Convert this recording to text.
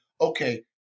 okay